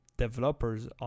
Developers